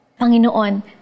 Panginoon